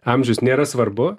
amžius nėra svarbu